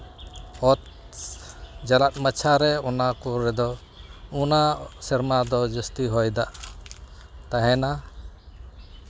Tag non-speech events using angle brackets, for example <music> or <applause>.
ᱚᱛ <unintelligible> ᱢᱟᱪᱷᱟᱨᱮ ᱚᱱᱟ ᱠᱚ ᱨᱮᱫᱚ ᱚᱱᱟ ᱥᱮᱨᱢᱟ ᱫᱚ ᱡᱟᱹᱥᱛᱤ ᱦᱚᱭ ᱫᱟᱜ ᱛᱟᱦᱮᱱᱟ